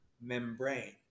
membrane